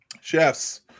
Chefs